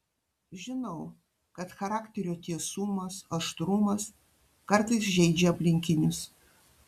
žinau kad charakterio tiesumas aštrumas kartais žeidžia aplinkinius